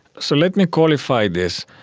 so let me qualify this.